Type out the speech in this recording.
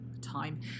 time